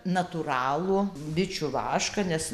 natūralų bičių vašką nes